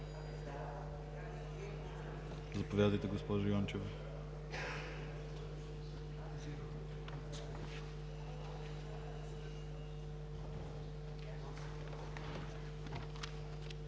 Заповядайте, госпожо Йончева.